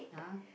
!huh!